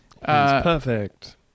Perfect